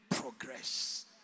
progress